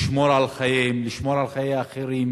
לשמור על חייהם, לשמור על חיי אחרים.